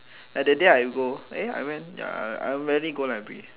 like that day I go eh I went ya I rarely go library